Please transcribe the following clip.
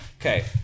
Okay